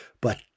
but-